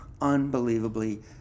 unbelievably